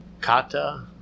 kata